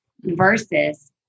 versus